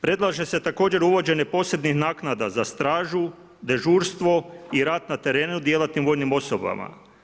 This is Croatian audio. Predlaže se također uvođenje posebnih naknada za stražu, dežurstvo i rad na terenu djelatnim vojnim osobama.